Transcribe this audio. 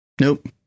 Nope